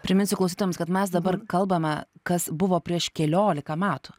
priminsiu klausytojams kad mes dabar kalbame kas buvo prieš keliolika metų